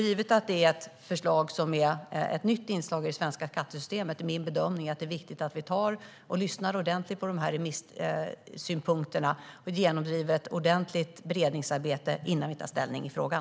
Givet att förslaget är ett nytt inslag i det svenska skattesystemet är min bedömning att det är viktigt att vi lyssnar ordentligt på remissynpunkterna och genomför ett ordentligt beredningsarbete innan vi tar ställning i frågan.